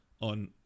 on